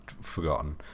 forgotten